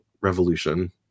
Revolution